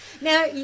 now